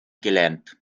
gelernt